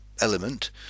element